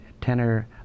tenor